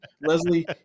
Leslie